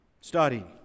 Study